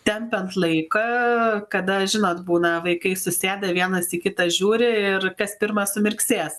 tempiant laiką kada žinot būna vaikai susėda vienas į kitą žiūri ir kas pirmas sumirksės